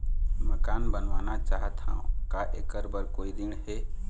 मकान बनवाना चाहत हाव, का ऐकर बर कोई ऋण हे?